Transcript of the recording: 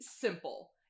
simple